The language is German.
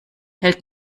hält